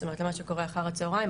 זאת אומרת למה שקורה אחר הצוהריים,